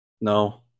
no